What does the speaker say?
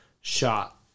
shot